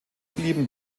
blieben